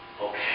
okay